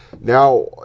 now